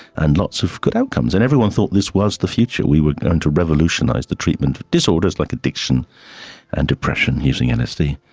and lots of good outcomes, and everyone thought this was the future, we were going to revolutionise the treatment of disorders like addiction and depression using lsd,